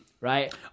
right